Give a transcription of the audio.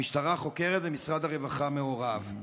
המשטרה חוקרת ומשרד הרווחה מעורב.